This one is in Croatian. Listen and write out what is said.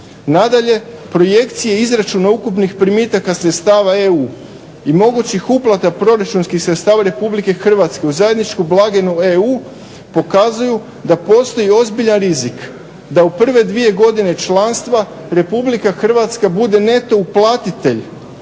Nadalje, projekcije izračuna ukupnih primitaka sredstava EU i mogućih uplata proračunskih sredstava Republike Hrvatske u zajedničku blagaju EU pokazuju da postoji ozbiljan rizik da u prve dvije godine članstva Republika Hrvatska bude neto uplatitelj